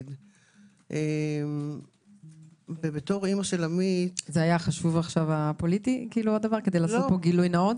בתור אמא של עמית- -- זה היה חשוב לגילוי נאות?